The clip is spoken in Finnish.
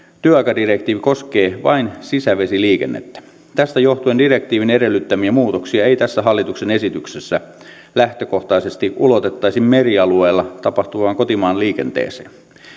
työaikadirektiivi koskee vain sisävesiliikennettä tästä johtuen direktiivin edellyttämiä muutoksia ei tässä hallituksen esityksessä lähtökohtaisesti ulotettaisi merialueella tapahtuvaan kotimaanliikenteeseen